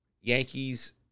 Yankees